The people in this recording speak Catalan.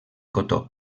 cotó